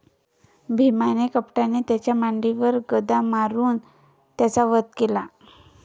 भीमाने कपटाने त्याच्या मांडीवर गदा मारून त्याचा वध केला